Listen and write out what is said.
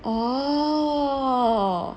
oh